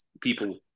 People